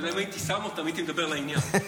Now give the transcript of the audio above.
אם הייתי מרכיב אותם, הייתי מדבר לעניין.